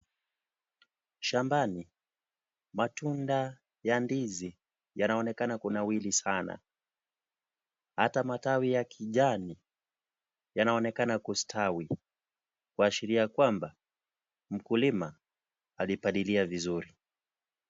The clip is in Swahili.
Shambani matunda ya ndizi yanaoanekana kunawiri sana hata matawi ya kijani yanaonekana kusitawi kuashiria kwamba mkulima alipalilia vizuri.